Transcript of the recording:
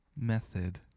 method